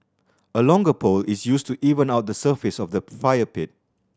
a longer pole is used to even out the surface of the fire pit